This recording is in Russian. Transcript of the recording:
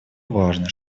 важно